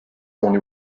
only